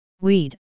Weed